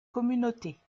communautés